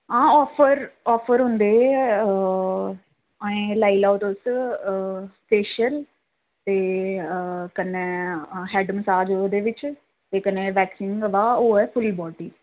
हां offer offer होंदे अजें लाई लैओ तुस फेशियल ते कन्नै हैड मसाज ओह्दे बिच्च ते कन्नै बैक्सिंग ओह् ऐ फुल बाडी